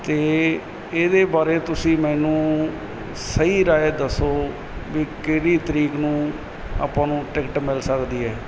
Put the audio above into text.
ਤਾਂ ਇਹਦੇ ਬਾਰੇ ਤੁਸੀਂ ਮੈਨੂੰ ਸਹੀ ਰਾਏ ਦੱਸੋ ਵੀ ਕਿਹੜੀ ਤਰੀਕ ਨੂੰ ਆਪਾਂ ਨੂੰ ਟਿਕਟ ਮਿਲ ਸਕਦੀ ਹੈ